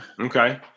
Okay